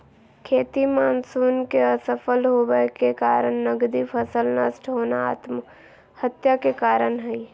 खेती मानसून के असफल होबय के कारण नगदी फसल नष्ट होना आत्महत्या के कारण हई